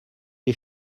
les